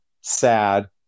sad